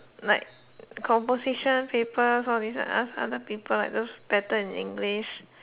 like composition paper some of you can ask other people like those better in English